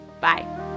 bye